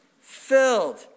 Filled